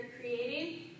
creating